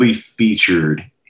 featured